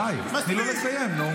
די, תני לו לסיים, נו.